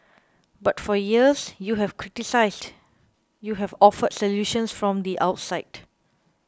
but for years you have criticised you have offered solutions from the outside